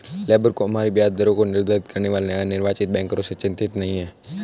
labour को हमारी ब्याज दरों को निर्धारित करने वाले अनिर्वाचित बैंकरों से चिंतित नहीं है